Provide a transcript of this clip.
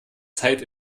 zeit